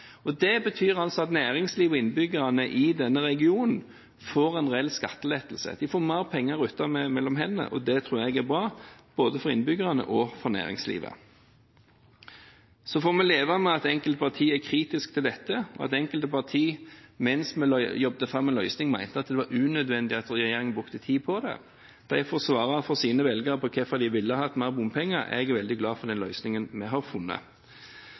Det betyr at næringslivet og innbyggerne i denne regionen får en reell skattelettelse. De får mer penger å rutte med mellom hendene. Det tror jeg er bra både for innbyggerne og for næringslivet. Så får vi leve med at enkelte partier er kritiske til dette, og at enkelte partier mens vi jobbet fram en løsning, mente det var unødvendig at regjeringen brukte tid på det. De får svare på overfor sine velgere hvorfor de ville hatt mer bompenger. Jeg er veldig glad for den løsningen vi har funnet.